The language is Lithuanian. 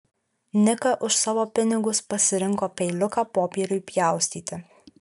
nika už savo pinigus pasirinko peiliuką popieriui pjaustyti